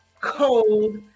cold